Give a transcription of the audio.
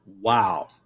wow